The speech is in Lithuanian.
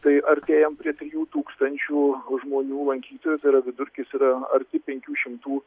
tai artėjam prie trijų tūkstančių žmonių lankytojų tai yra vidurkis yra arti penkių šimtų